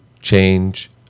change